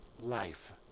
life